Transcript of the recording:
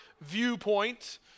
viewpoint